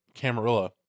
Camarilla